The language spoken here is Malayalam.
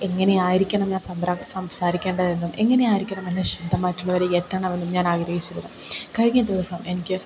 എങ്ങനെയായിരിക്കണം ഞാൻ സംറം സംസാരിക്കേണ്ടതെന്നും എങ്ങനെ ആയിരിക്കണം എന്റെ ശബ്ദം മറ്റുള്ളവരിൽ എത്തണമെന്നും ഞാനാഗ്രഹിച്ചിരുന്നു കഴിഞ്ഞ ദിവസം എനിക്ക്